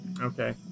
Okay